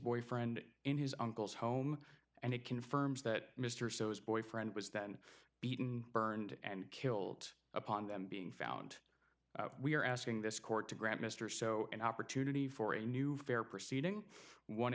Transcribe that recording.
boyfriend in his uncle's home and it confirms that mr so as boyfriend was then beaten burned and killed upon them being found we are asking this court to grant mr so an opportunity for a new fair proceeding